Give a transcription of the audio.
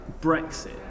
Brexit